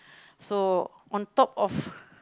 so on top of